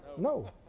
No